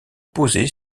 posé